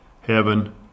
heaven